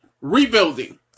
rebuilding